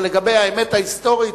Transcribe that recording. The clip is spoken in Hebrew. אבל לגבי האמת ההיסטורית,